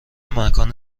مکان